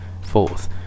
Fourth